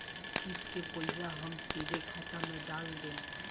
किस्त के पईसा हम सीधे खाता में डाल देम?